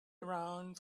around